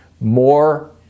More